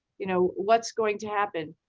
you know what's going to happen?